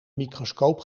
microscoop